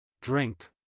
Drink